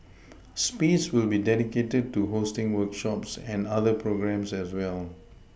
space will be dedicated to hosting workshops and other programmes as well